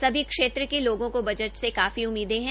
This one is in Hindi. सभी क्षेत्र के लोगों को बजट से काफी उम्मीदें है